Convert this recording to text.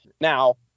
Now